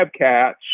cats